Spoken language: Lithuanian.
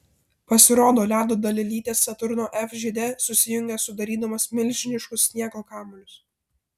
pasirodo ledo dalelytės saturno f žiede susijungia sudarydamos milžiniškus sniego kamuolius